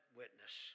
witness